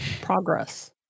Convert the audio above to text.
progress